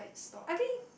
I think